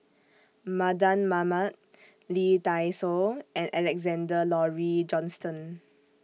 Mardan Mamat Lee Dai Soh and Alexander Laurie Johnston